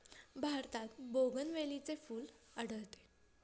भारतात बोगनवेलीचे फूल आढळते